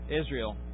Israel